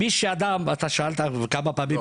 אתה שאלת כמה פעמים,